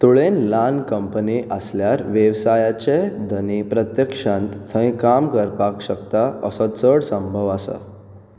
तुळेन ल्हान कंपनी आसल्यार वेवसायाचे धनी प्रत्यक्षांत थंय काम करपाक शकता असो चड संभव आसा